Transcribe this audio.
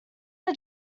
are